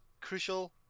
crucial